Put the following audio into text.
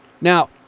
Now